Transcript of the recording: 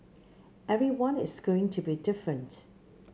everyone is going to be different